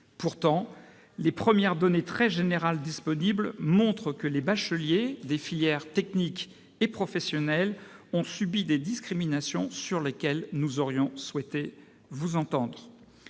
Pourtant, les premières données très générales disponibles montrent que les bacheliers des filières techniques et professionnelles ont subi des discriminations sur lesquelles nous aurions souhaité vous entendre.